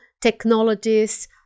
technologies